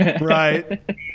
Right